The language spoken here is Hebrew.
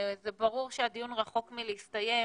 זה ברור שהדיון רחוק מלהסתיים,